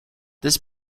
this